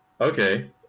Okay